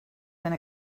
been